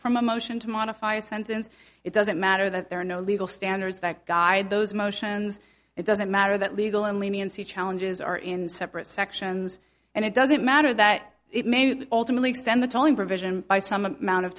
from a motion to modify a sentence it doesn't matter that there are no legal standards that guide those motions it doesn't matter that legal and leniency challenges are in separate sections and it doesn't matter that it may ultimately extend the tolling provision by some amount of